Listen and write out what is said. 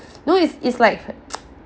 know it's it's like